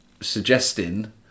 suggesting